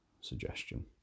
suggestion